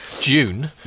June